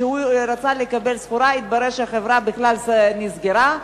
וכשרצה לקבל את הסחורה התברר שהחברה בכלל נסגרה.